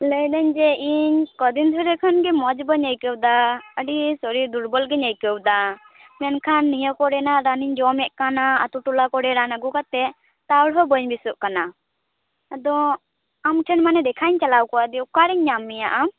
ᱞᱟᱹᱭᱫᱟᱹᱧ ᱡᱮ ᱤᱧ ᱠᱚᱫᱤᱱ ᱫᱷᱚᱨᱮ ᱠᱷᱚᱱ ᱜᱮ ᱢᱚᱡᱽ ᱵᱟᱹᱧ ᱟᱹᱭᱠᱟᱹᱣᱮᱫᱟ ᱟᱹᱰᱤ ᱥᱚᱨᱤᱨ ᱫᱩᱨᱵᱚᱞᱜᱤᱧ ᱟᱹᱭᱠᱟᱹᱣᱮᱫᱟ ᱢᱮᱱᱠᱷᱟᱱ ᱱᱤᱭᱟᱹ ᱠᱚᱨᱮᱱᱟᱜ ᱨᱟᱱᱤᱧ ᱡᱚᱢᱮᱜ ᱠᱟᱱᱟ ᱟᱛᱳ ᱴᱚᱞᱟ ᱠᱚᱨᱮ ᱨᱟᱱ ᱟᱜᱩ ᱠᱟᱛᱮᱫ ᱛᱟᱣ ᱦᱚᱸ ᱵᱟᱹᱧ ᱵᱮᱥᱚᱜ ᱠᱟᱱᱟ ᱟᱫᱚ ᱟᱢᱴᱷᱮᱱ ᱢᱟᱱᱮ ᱫᱮᱠᱷᱟᱜ ᱤᱧ ᱪᱟᱞᱟᱣ ᱠᱚᱜᱼᱟ ᱫᱤᱭᱮ ᱚᱠᱟᱨᱮᱧ ᱧᱟᱢ ᱢᱮᱭᱟ ᱟᱢ